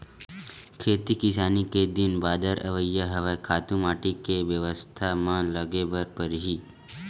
खेती किसानी के दिन बादर अवइया हवय, खातू माटी के बेवस्था म लगे बर परही